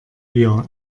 wir